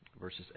verses